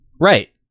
Right